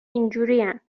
اینجورین